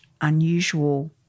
unusual